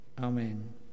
Amen